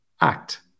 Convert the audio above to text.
act